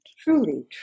truly